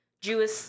Jewish